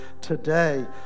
today